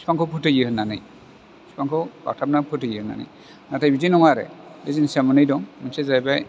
बिफांखौ फोथैयो होननानै बिफांखौ बाथाबना फोथैयो होननानै नाथाय बिदि नङा आरो बे जिनिसा मोननै दं मोनसेया जाहैबाय